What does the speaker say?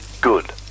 Good